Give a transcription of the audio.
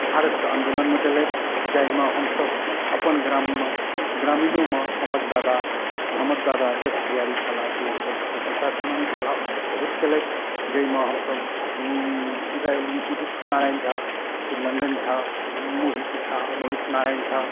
भारतके आन्दोलनमे देलथि जाहिमे हमसब अपन ग्राममे ग्रामीणोमे हमर दादा हमर दादा दस भैआरी छलाह जे सब स्वतन्त्रता सेनानी छलाह ओसब बहुत केलथि जाहिमे हमसब उदय उदित नारायण झा शिव नन्दन झा मोहित झा मोहित नारायण झा